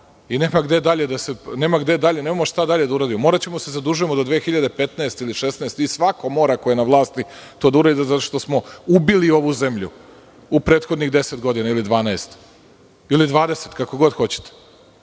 došli do plafona i nema gde dalje, nemamo šta dalje da uradimo, moraćemo da se zadužujemo do 2015. ili 2016. i svako mora ko je na vlasti to da uradi, zato što smo ubili ovu zemlju u prethodnih deset godina ili dvanaest, ili dvadeset, kako god hoćete.